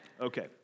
Okay